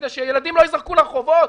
כדי שילדים לא ייזרקו לרחובות,